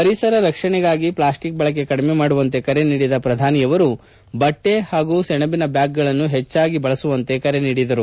ಪರಿಸರ ರಕ್ಷಣೆಗಾಗಿ ಪ್ಲಾಸ್ಟಿಕ್ ಬಳಕೆ ಕಡಿಮೆ ಮಾಡುವಂತೆ ಕರೆ ನೀಡಿದ ಪ್ರಧಾನಿ ಬಟ್ಟೆಯ ಹಾಗೂ ಸೆಣಬಿನ ಬ್ಯಾಗ್ಗಳನ್ನು ಹೆಚ್ಚಾಗಿ ಬಳಸುವಂತೆ ಕರೆ ನೀಡಿದರು